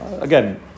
Again